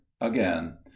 again